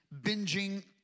binging